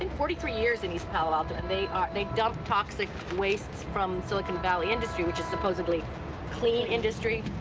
and forty three years in east palo alto, and they ah they dump toxic wastes from silicon valley industry, which is supposedly clean industry,